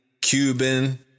Cuban